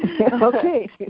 Okay